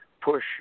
push